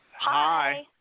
Hi